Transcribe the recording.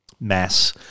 mass